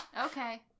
okay